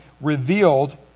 revealed